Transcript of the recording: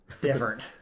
different